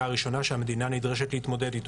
ראשונה שהמדינה נדרשת להתמודד אתו.